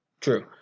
true